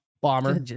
bomber